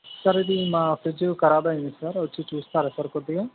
sir ఇది మా fridge కరాబ్ అయింది సార్ వచ్చి చూస్తారా సార్ కొద్దిగా